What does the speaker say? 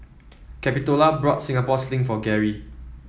Capitola bought Singapore Sling for Gary